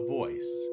voice